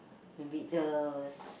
maybe the s~